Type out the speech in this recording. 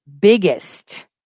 biggest